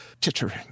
tittering